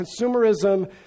consumerism